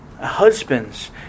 Husbands